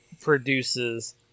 produces